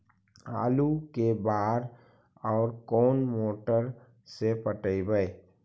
आलू के बार और कोन मोटर से पटइबै?